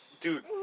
dude